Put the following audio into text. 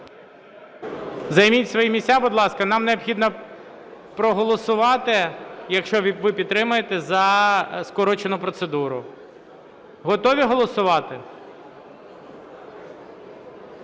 Займіть свої місця, будь ласка, нам необхідно проголосувати, якщо ви підтримаєте, за скорочену процедуру. Готові голосувати?